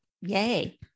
yay